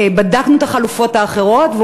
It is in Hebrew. בדקנו את החלופות האחרות.